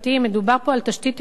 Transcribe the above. מדובר פה על תשתית ארגונית,